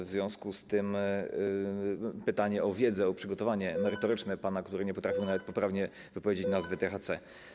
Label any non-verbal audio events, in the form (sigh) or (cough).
W związku z tym pytanie o wiedzę, o przygotowanie (noise) merytoryczne pana, który nie potrafił nawet poprawnie wypowiedzieć nazwy THC.